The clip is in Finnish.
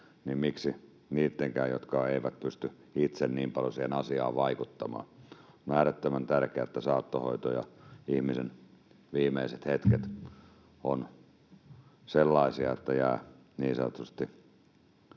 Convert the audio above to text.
pitäisi niittenkään, jotka eivät pysty itse niin paljon siihen asiaan vaikuttamaan? On äärettömän tärkeää, että saattohoito ja ihmisen viimeiset hetket ovat sellaisia, että jää niin sanotusti,